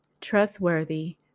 trustworthy